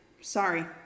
Sorry